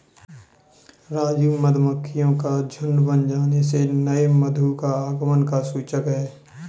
राजू मधुमक्खियों का झुंड बन जाने से नए मधु का आगमन का सूचक है